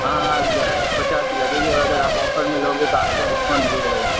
हाँ हाँ पचास ही लगेगी और अगर आप ऑफर में लोगे तो आपको डिस्कॉउंट मिल जाएगा